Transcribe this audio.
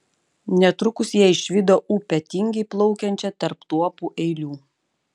netrukus jie išvydo upę tingiai plaukiančią tarp tuopų eilių